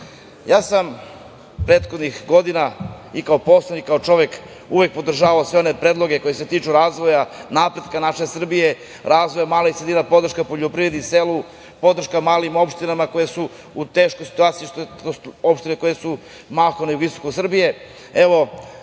sam prethodnih godina i kao poslanik i kao čovek uvek podržavao sve one predloge koji se tiču razvoja, napretka naše Srbije, razvoja malih sredina, podrška poljoprivredi, selu, podrška malim opštinama koje su u teškoj situaciji, opštine koje su mahom na istoku Srbije. Evo,